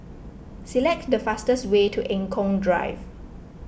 select the fastest way to Eng Kong Drive